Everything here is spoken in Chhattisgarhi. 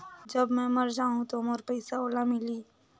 जब मै मर जाहूं तो मोर पइसा ओला मिली?